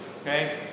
Okay